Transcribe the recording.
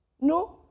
No